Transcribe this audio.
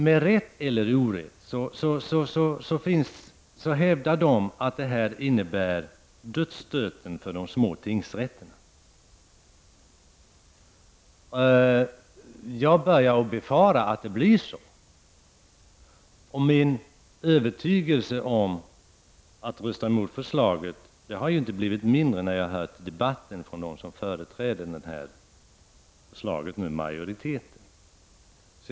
Med rätt eller orätt så hävdar den att detta innebär dödsstöten för de små tingsrätterna. Jag börjar befara att det blir så, och min övertygelse att rösta emot förslaget har inte blivit mindre när jag har hört argumenten från den majoritet som företräder förslaget.